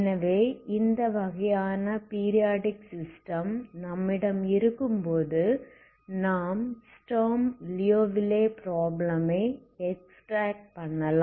எனவே இந்த வகையான பீரியாடிக் சிஸ்டம் நம்மிடம் இருக்கும்போது நாம் ஸ்டர்ம் லியோவில் ப்ராப்ளம் ஐ எக்ஸ்ட்ராக்ட் பண்ணலாம்